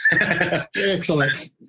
Excellent